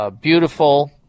beautiful